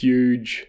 Huge